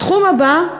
התחום הבא,